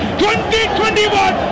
2021